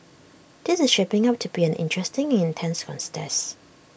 this is shaping up to be an interesting and intense cons test